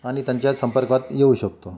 आणि त्यांच्या संपर्कात येऊ शकतो